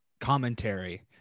commentary